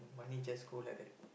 money just go like that